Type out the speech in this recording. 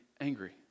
angry